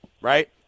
right